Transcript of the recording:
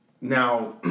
Now